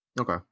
Okay